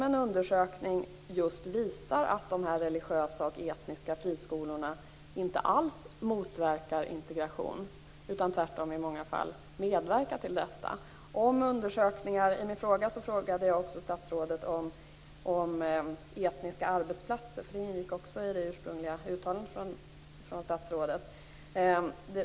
En undersökning visar just att de religiösa och etniska friskolorna inte alls motverkar integration utan tvärtom i många fall medverkar till det. I min interpellation frågade jag också statsrådet om etniska arbetsplatser, något som också ingick i statsrådets ursprungliga uttalande.